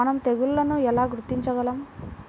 మనం తెగుళ్లను ఎలా గుర్తించగలం?